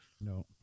No